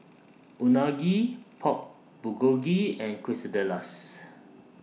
Unagi Pork Bulgogi and Quesadillas